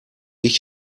ich